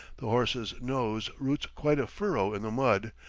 the horse's nose roots quite a furrow in the road,